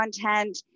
content